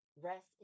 rest